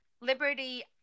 Liberty